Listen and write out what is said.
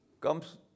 comes